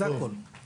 זה הכל.